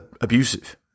abusive